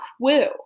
quill